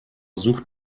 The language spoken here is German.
sucht